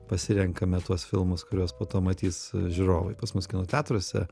pasirenkame tuos filmus kuriuos po to matys žiūrovai pas mus kino teatruose